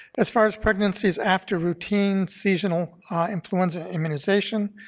as far as pregnancies after routine seasonal influenza immunization,